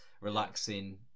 relaxing